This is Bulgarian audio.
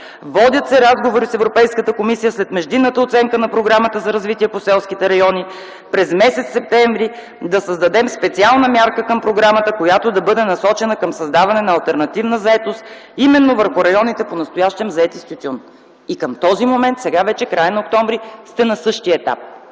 „Водят се разговори с Европейската комисия, след междинната оценка на Програмата за развитие на селските райони през м. септември да създадем специална мярка към програмата, която да бъде насочена към създаване на алтернативна заетост именно върху районите, понастоящем заети с тютюн.” И към този момент, вече в края на октомври сте на същия етап.